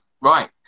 right